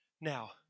Now